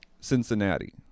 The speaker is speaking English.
Cincinnati